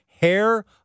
hair